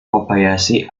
kobayashi